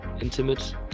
intimate